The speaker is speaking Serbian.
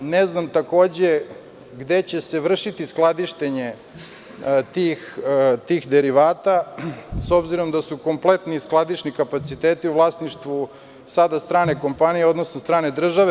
Ne znam gde će se vršiti skladištenje tih derivata, s obzirom da su kompletni skladišni kapaciteti u vlasništvu sada strane kompanije, odnosno strane države?